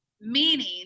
meaning